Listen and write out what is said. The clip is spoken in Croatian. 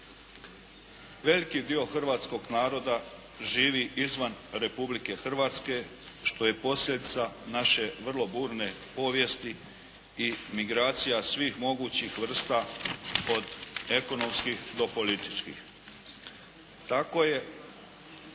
Veliki dio hrvatskog naroda živi izvan Republike Hrvatske što je posljedica naše vrlo burne povijesti i migracija svih mogućih vrsta od ekonomskih do političkih.